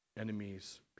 enemies